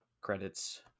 credits